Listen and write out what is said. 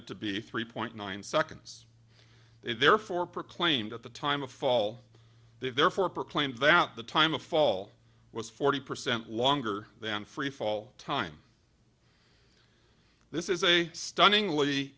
d to be three point nine seconds therefore proclaimed at the time of fall therefore proclaimed that the time of fall was forty percent longer than freefall time this is a stunning